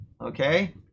Okay